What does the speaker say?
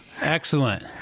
Excellent